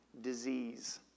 Disease